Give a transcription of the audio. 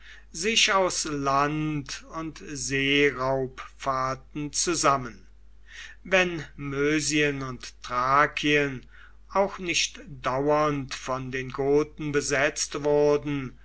sich aus land und seeraubfahrten zusammen wenn mösien und thrakien auch nicht dauernd von den goten besetzt wurden